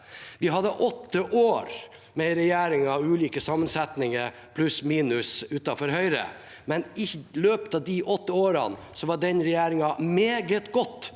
Vi hadde åtte år med en regjering av ulike sammensetninger, pluss/minus utenfor Høyre, men i løpet av de åtte årene var den regjeringen meget godt